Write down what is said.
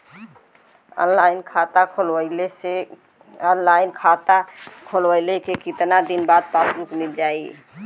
Online खाता खोलवईले के कितना दिन बाद पासबुक मील जाई?